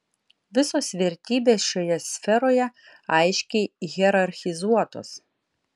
visos vertybės šioje sferoje aiškiai hierarchizuotos